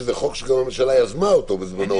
שזה חוק שגם הממשלה יזמה אותו בזמנו,